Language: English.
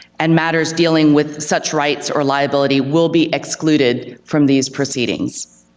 and matters dealing with such rights or liability will be excluded from these proceedings.